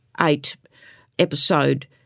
eight-episode